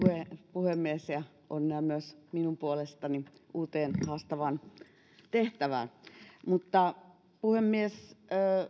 puhemies onnea myös minun puolestani uuteen haastavaan tehtävään puhemies